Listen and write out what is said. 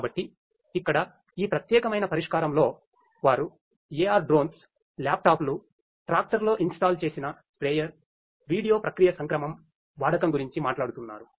కాబట్టి ఇక్కడ ఈ ప్రత్యేకమైన పరిష్కారంలో వారు AR డ్రోన్స్ ల్యాప్టాప్లు ట్రాక్టర్లో ఇన్స్టాల్ చేసిన స్ప్రేయర్ వీడియో ప్రక్రియ సంక్రమం వాడకం గురించి మాట్లాడుతున్నారు